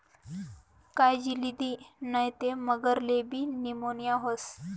कायजी लिदी नै ते मगरलेबी नीमोनीया व्हस